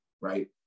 right